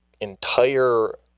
entire